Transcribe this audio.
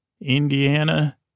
Indiana